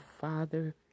father